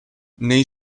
nei